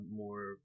more